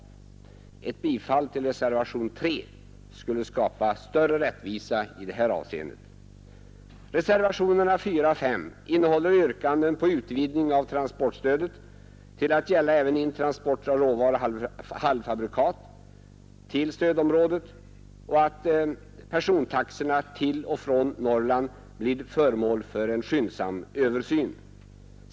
Ett bifall till reservationen 3 skulle skapa större rättvisa i det avseendet. Reservationerna 4 och 5 innehåller yrkanden om utvidgning av transportstödet till att gälla även intransporter av råvaror och halvfabrikat till stödområdet samt att persontaxorna till och från Norrland blir föremål för en skyndsam översyn.